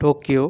Tokyo